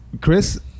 chris